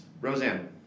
Roseanne